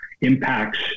impacts